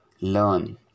learn